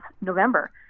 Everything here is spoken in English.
November